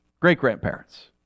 Great-grandparents